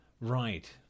Right